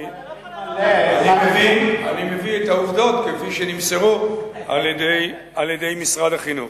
אני מביא את העובדות כפי שנמסרו על-ידי משרד החינוך.